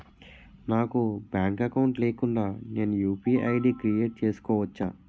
నాకు bank account లేకుండా నేను యు.పి.ఐ ఐ.డి క్రియేట్ చేసుకోవచ్చా?